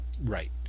Right